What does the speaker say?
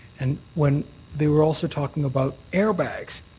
and when they were also talking about air bags.